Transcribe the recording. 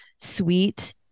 sweet